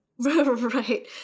Right